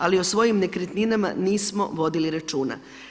Ali o svojim nekretninama nismo vodili računa.